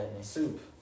Soup